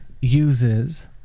uses